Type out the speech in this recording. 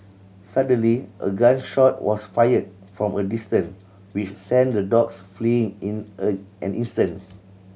suddenly a gun shot was fired from a distance which sent the dogs fleeing in a an instant